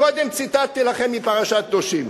קודם ציטטתי לכם מפרשת קדושים,